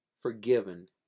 forgiven